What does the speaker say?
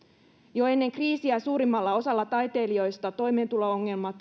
jo ennen kriisiä suurimmalla osalla taiteilijoista toimeentulo ongelmat olivat